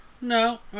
No